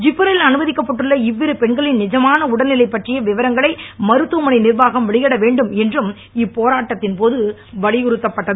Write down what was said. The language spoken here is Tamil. ஜிப்மரில் அனுமதிக்கப்பட்டுள்ள இவ்விரு பெண்களின் நிஜமான உடல்நிலை பற்றிய விவரங்களை மருத்துவமனை நிர்வாகம் வெளியிட வேண்டும் என்றும் இப்போ ராட்டத்தின் போது வலியுறுத்தப்பட்டது